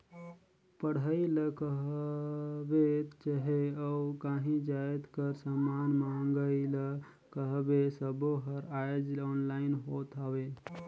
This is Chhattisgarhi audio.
पढ़ई ल कहबे चहे अउ काहीं जाएत कर समान मंगई ल कहबे सब्बों हर आएज ऑनलाईन होत हवें